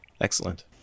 Excellent